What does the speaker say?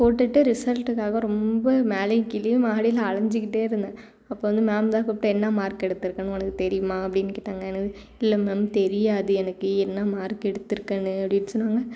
போட்டுட்டு ரிசல்ட்டுக்காக ரொம்ப மேலேயும் கீழேயும் மாடியில் அலைஞ்சிக் கிட்டே இருந்தேன் அப்போ வந்து மேம் தான் கூப்பிட்டு என்ன மார்க் எடுத்திருக்கேன்னு உனக்கு தெரியுமா அப்படின்னு கேட்டாங்க எனக்கு இல்லை மேம் தெரியாது எனக்கு என்ன மார்க் எடுத்திருக்கேனு அப்படின்னு சொன்னாங்க